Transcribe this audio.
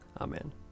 Amen